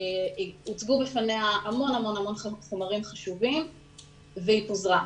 הוצגו בפניה המון המון המון חומרים חשובים והיא פוזרה.